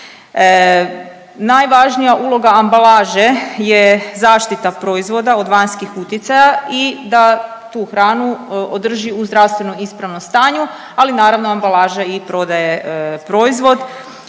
Najvažnija uloga ambalaže je zaštita proizvoda od vanjskih utjecaja i da tu hranu održi u zdravstveno ispravnom stanju, ali naravno ambalaža i prodaje proizvod